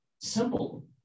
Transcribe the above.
Simple